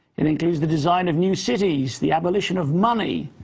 it includes the design of new cities, the abolition of money,